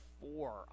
four